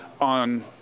on